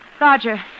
Roger